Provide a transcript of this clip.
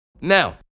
Now